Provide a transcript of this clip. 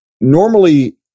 normally